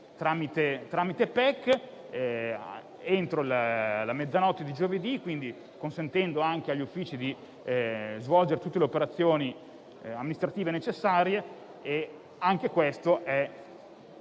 tramite PEC entro la mezzanotte di giovedì, consentendo anche agli uffici di svolgere tutte le operazioni amministrative necessarie. Questo, con